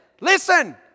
listen